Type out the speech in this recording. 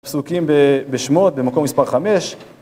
פסוקים בשמות במקום מס' 5